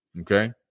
Okay